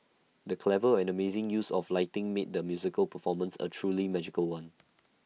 the clever and amazing use of lighting made the musical performance A truly magical one